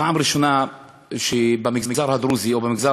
פעם ראשונה כי במגזר הדרוזי או במגזר